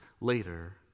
later